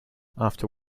after